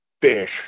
fish